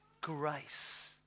grace